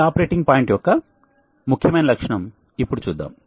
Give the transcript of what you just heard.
ఈ operating point యొక్క ముఖ్యమైన లక్షణం ఇప్పుడు చూద్దాం